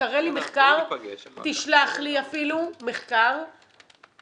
תשלח לי מחקר שיסביר לי